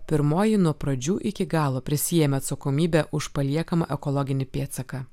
pirmoji nuo pradžių iki galo prisiėmė atsakomybę už paliekamą ekologinį pėdsaką